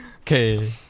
okay